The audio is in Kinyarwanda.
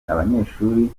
abanyeshuri